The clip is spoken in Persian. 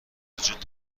وجود